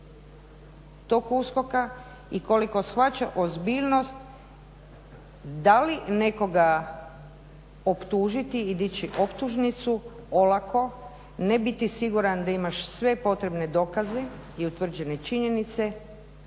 tog USKOK-a i koliko shvaća ozbiljnost da li nekoga optužiti i dići optužnicu olako ne biti siguran da imaš sve potrebne dokaze i utvrđene činjenice